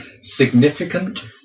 Significant